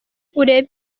ureba